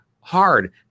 hard